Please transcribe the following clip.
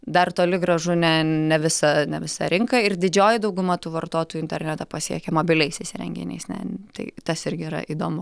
dar toli gražu ne ne visa ne visa rinka ir didžioji dauguma tų vartotojų internetą pasiekia mobiliaisiais įrenginiais ne tai tas irgi yra įdomu